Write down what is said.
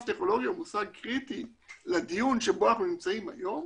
טכנולוגיה הוא מושג קריטי לדיון בו אנחנו נמצאים היום